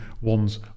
one's